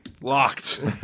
locked